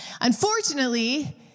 Unfortunately